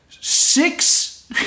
six